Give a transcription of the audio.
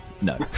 No